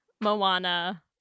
Moana